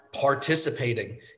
participating